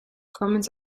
comments